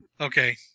okay